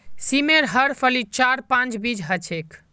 सेमेर हर फलीत चार पांच बीज ह छेक